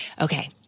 Okay